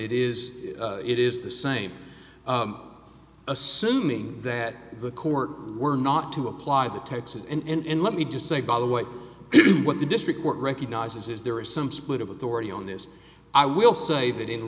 it is it is the same assuming that the court were not to apply the texas and let me just say by the way what the district court recognizes is there is some split of authority on this i will say that